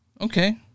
Okay